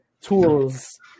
tools